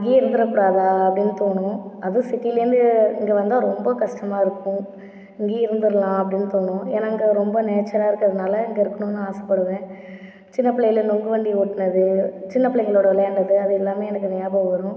இங்கேயே இருந்திடக்கூடாதா அப்படினு தோணும் அதுவும் சிட்டிலேருந்து இங்கே வந்தால் ரொம்ப கஷ்ட்டமாருக்கும் இங்கேயே இருந்துடலா அப்படினு தோணும் ஏன்னால் அங்கே ரொம்ப நேச்சராலா இருக்கிறதுனால இங்கே இருக்கணும்னு ஆசைப்படுவன் சின்னபிள்ளையில நொங்கு வண்டி ஓட்டினது சின்னபிள்ளைங்களோட விளையாண்டது அது எல்லாமே எனக்கு நியாபகம் வரும்